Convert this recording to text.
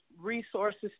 resources